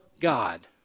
God